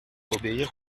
obéir